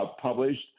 published